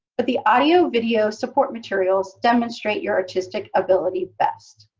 but the audio-video support materials demonstrate your artistic ability best.